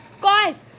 guys